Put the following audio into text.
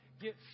get